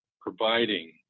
providing